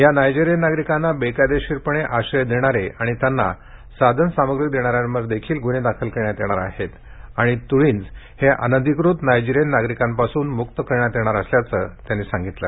या नायजेरिअन नागरिकांना बेकादेशीररित्या आश्रय देणाऱ्यांवर आणि त्यांना साधन साम्ग्री देणाऱ्यांवर ग्न्हे दाखल करण्यात येणार आहेत आणि त्ळींज हे अनधिकृत नायजेरियन नागरिकांपासून मुक्त करण्यात येणार असल्याचंही त्यांनी सांगितलं आहे